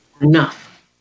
enough